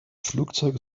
flugzeug